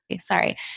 Sorry